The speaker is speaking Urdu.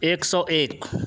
ایک سو ایک